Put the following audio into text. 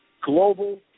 Global